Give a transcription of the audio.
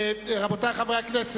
לכן,